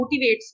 motivates